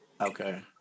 Okay